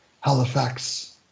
Halifax